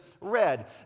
read